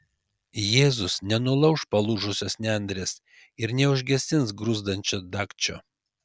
jėzus nenulauš palūžusios nendrės ir neužgesins gruzdančio dagčio